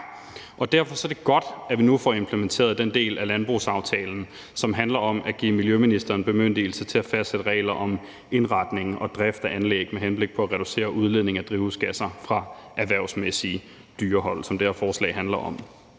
derfor er det godt, at vi nu får implementeret den del af landbrugsaftalen, som handler om at give miljøministeren bemyndigelse til at fastsætte regler om indretning og drift af anlæg med henblik på at reducere udledning af drivhusgasser fra erhvervsmæssige dyrehold, som det her forslag handler om.